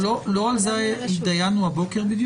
לא על זה בדיוק התדיינו הבוקר?